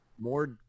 more